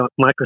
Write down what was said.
Microsoft